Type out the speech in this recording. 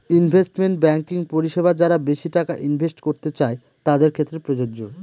investment banking পরিষেবা যারা বেশি টাকা ইনভেস্ট করতে চাই তাদের ক্ষেত্রে প্রযোজ্য